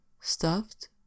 stuffed